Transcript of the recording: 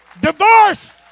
Divorce